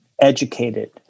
educated